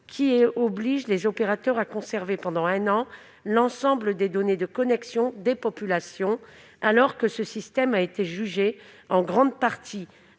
qui oblige les opérateurs à conserver pendant un an l'ensemble des données de connexion des populations, alors que ce système a été jugé en grande partie